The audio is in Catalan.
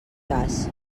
cas